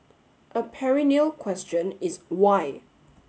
a perennial question is why